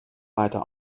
weiter